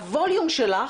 הווליום שלך